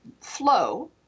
flow